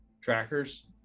trackers